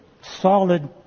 solid